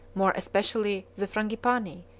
more especially the frangipani,